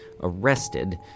arrested